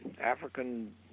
African